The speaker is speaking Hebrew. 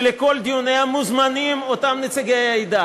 שלכל דיוניה מוזמנים אותם נציגי העדה